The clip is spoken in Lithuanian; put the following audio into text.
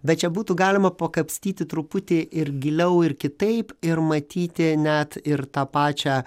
bet čia būtų galima pakapstyti truputį ir giliau ir kitaip ir matyti net ir tą pačią